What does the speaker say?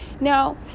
Now